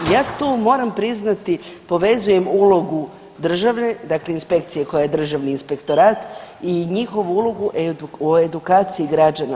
Ja tu moram priznati, povezujem ulogu države, dakle inspekcija koja je Državni inspektorat i njihovu ulogu u edukaciji građana.